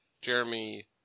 Jeremy